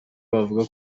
wavuga